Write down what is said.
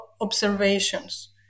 observations